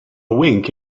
wink